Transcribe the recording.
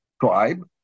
tribe